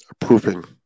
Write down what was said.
approving